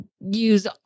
use